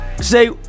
say